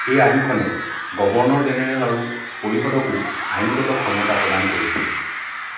এই আইনখনে governor general আৰু পৰিষদকো আইনগত ক্ষমতা প্ৰদান কৰিছিল